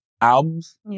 albums